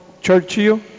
Churchill